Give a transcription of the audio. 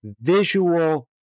visual